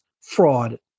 fraud